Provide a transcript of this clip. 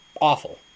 awful